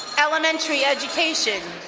elementary education.